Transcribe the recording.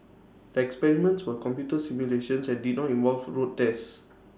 the experiments were computer simulations and did not involve road tests